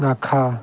ꯉꯥꯈꯥ